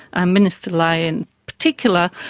um minister ley in particular,